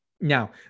Now